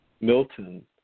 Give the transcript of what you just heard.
Milton